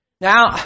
Now